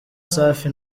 safi